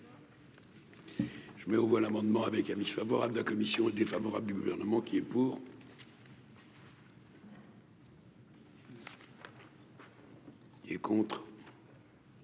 Je mets aux voix l'amendement avec favorable de la commission est défavorable du gouvernement qui est pour. Et contre.